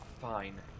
fine